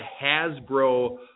Hasbro